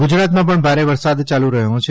ગુજરાતમાં પણ ભારે વરસાદ ચાલુ રહ્યો છે